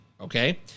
okay